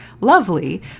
Lovely